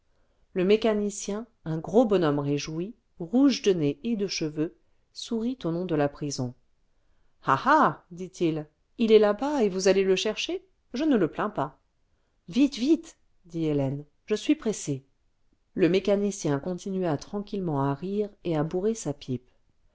gros bonhomme réjoui rouge de nez et de cheveux sourit au nom de la prison ce ah ah dit-il il est là-bas et vous allez le chercher je ne le plains pas vite vite dit hélène je suis pressée le mécanicien continua tranquillement à rire et à bourrer sa pipe